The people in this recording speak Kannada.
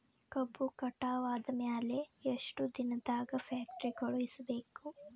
ಕಬ್ಬು ಕಟಾವ ಆದ ಮ್ಯಾಲೆ ಎಷ್ಟು ದಿನದಾಗ ಫ್ಯಾಕ್ಟರಿ ಕಳುಹಿಸಬೇಕು?